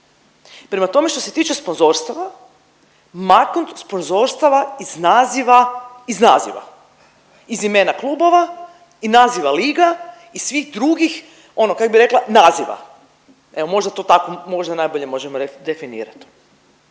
Prema tome, što se tiče sponzorstava maknut sponzorstava iz naziva, iz naziva, iz imena klubova i naziva liga i svih drugih ono kak bih rekla naziva. Evo možda to tako možda i najbolje možemo definirati.